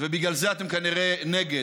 ובגלל זה אתם כנראה נגד,